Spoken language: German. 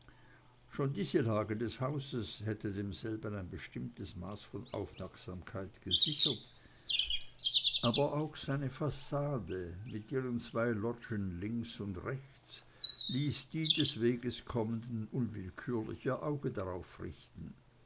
schon diese lage des hauses hätte demselben ein bestimmtes maß von aufmerksamkeit gesichert aber auch seine fassade mit ihren zwei loggien links und rechts ließ die des weges kommenden unwillkürlich ihr auge darauf richten